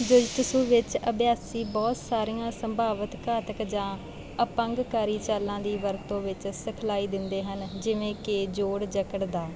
jujutsu ਵਿੱਚ ਅਭਿਆਸੀ ਬਹੁਤ ਸਾਰੀਆਂ ਸੰਭਾਵਿਤ ਘਾਤਕ ਜਾਂ ਅਪੰਗਕਾਰੀ ਚਾਲਾਂ ਦੀ ਵਰਤੋਂ ਵਿੱਚ ਸਿਖਲਾਈ ਦਿੰਦੇ ਹਨ ਜਿਵੇਂ ਕਿ ਜੋੜ ਜਕੜ ਦਾਅ